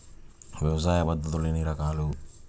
వ్యవసాయ పద్ధతులు ఎన్ని రకాలు?